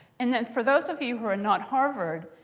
and then for those of you who are not harvard,